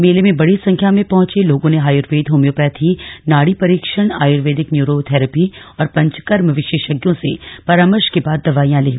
मेले में बडी संख्या में पहंचे लोगों ने आयर्वेद होम्योपैथी नाडी परीक्षण आयर्वेदिक न्यूरो थेरेपी और पंचकर्म विशेषज्ञों से परामर्श के बाद दवाइयां लीं